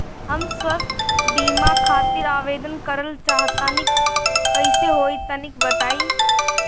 हम स्वास्थ बीमा खातिर आवेदन करल चाह तानि कइसे होई तनि बताईं?